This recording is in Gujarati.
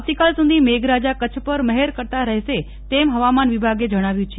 આવતીકાલ સુધી મેઘરાજા કચ્છ પર મહેર કરતાં રહેશે તેમ હવામાન વિભાગે જણાવ્યું છે